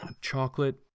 chocolate